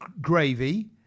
Gravy